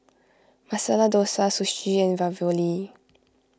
Masala Dosa Sushi and Ravioli